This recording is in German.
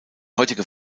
heutige